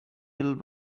will